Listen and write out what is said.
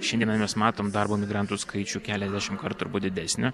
šiandien mes matom darbo migrantų skaičių keliasdešimt kartų didesnį